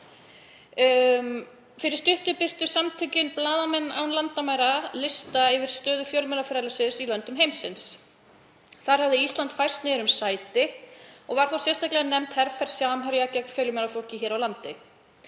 Fyrir stuttu birtu samtökin Blaðamenn án landamæra lista yfir stöðu fjölmiðlafrelsis í löndum heimsins. Þar hafði Ísland færst niður um sæti og var þá sérstaklega nefnd herferð Samherja gegn fjölmiðlafólki hér á landi.